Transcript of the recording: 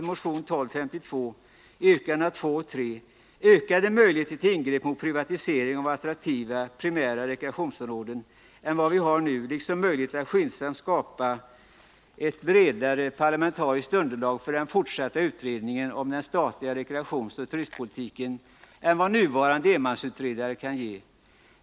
med vad vi har nu, liksom möjlighet att skyndsamt skapa ett bredare parlamentariskt underlag för den fortsatta utredningen om den statliga rekreationsoch turistpolitiken än vad nuvarande enmansutredare kan ge.